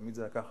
תמיד זה היה כך.